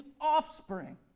offspring